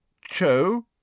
Cho